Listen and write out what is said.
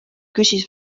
küsis